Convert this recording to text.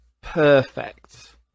perfect